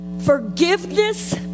Forgiveness